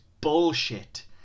bullshit